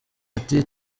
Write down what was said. ati